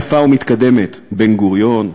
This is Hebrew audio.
למדינה יפה ומתקדמת: בן-גוריון,